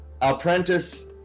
apprentice